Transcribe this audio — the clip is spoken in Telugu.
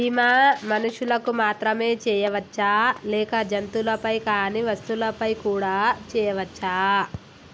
బీమా మనుషులకు మాత్రమే చెయ్యవచ్చా లేక జంతువులపై కానీ వస్తువులపై కూడా చేయ వచ్చా?